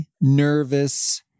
nervous